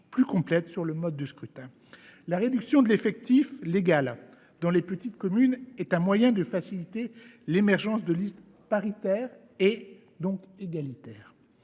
plus complète sur le mode de scrutin. La réduction de l’effectif légal dans les petites communes est un moyen de faciliter l’émergence de listes paritaires et donc égalitaires.